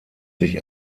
sich